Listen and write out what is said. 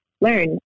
learn